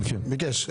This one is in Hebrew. ביקש.